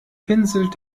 pinselt